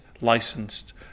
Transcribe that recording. licensed